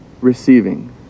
receiving